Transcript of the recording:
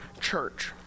church